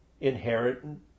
inherent